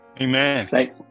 Amen